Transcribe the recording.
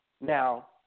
now